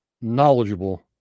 knowledgeable